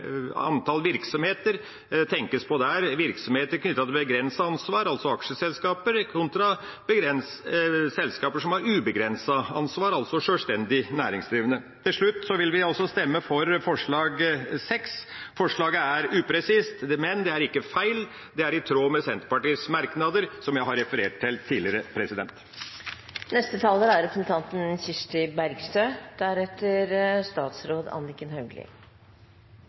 antall virksomheter, tenkes på virksomheter knyttet til begrenset ansvar, altså aksjeselskaper, kontra selskaper som har ubegrenset ansvar, altså sjølstendig næringsdrivende. Helt til slutt: Vi vil stemme for forslag nr. 6. Forslaget er upresist, men det er ikke feil. Det er i tråd med Senterpartiets merknader som jeg har referert til tidligere.